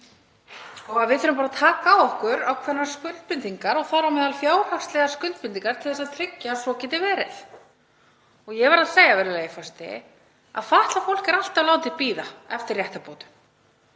Við þurfum bara að taka á okkur ákveðnar skuldbindingar og þar á meðal fjárhagslegar skuldbindingar til að tryggja að svo geti verið. Ég verð að segja, virðulegi forseti, að fatlað fólk er alltaf látið bíða eftir réttarbótum.